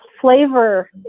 flavor